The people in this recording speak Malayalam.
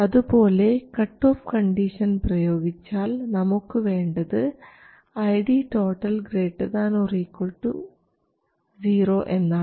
അതുപോലെ കട്ട് ഓഫ് കണ്ടീഷൻ പ്രയോഗിച്ചാൽ നമുക്ക് വേണ്ടത് ID ≥ 0 എന്നാണ്